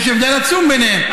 יש הבדל עצום ביניהם.